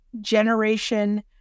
generation